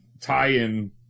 tie-in